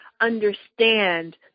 understand